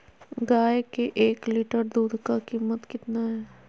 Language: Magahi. गाय के एक लीटर दूध का कीमत कितना है?